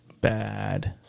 Bad